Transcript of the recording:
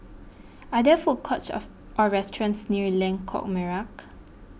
are there food courts of or restaurants near Lengkok Merak